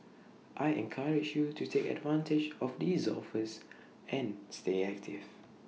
I encourage you to take advantage of these offers and stay active